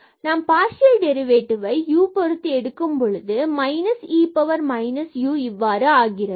நாம் பார்சியல் டெரிவேடிவ்வை u பொருத்து எடுக்கும் பொழுது minus e power minus u இவ்வாறு ஆகிறது